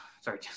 sorry